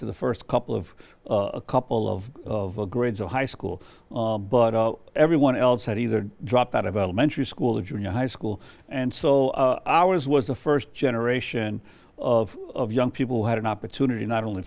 to the first couple of a couple of grades in high school but everyone else had either dropped out of elementary school or junior high school and so ours was the first generation of young people who had an opportunity not only